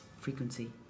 frequency